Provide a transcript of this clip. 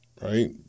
right